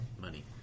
money